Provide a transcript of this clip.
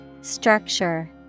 Structure